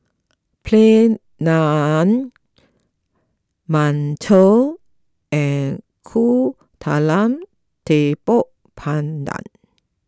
Plain Naan Mantou and Kuih Talam Tepong Pandan